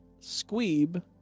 Squeeb